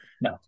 No